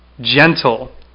gentle